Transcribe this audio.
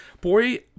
boy